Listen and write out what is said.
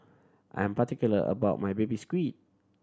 I'm particular about my Baby Squid